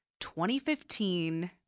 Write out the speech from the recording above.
2015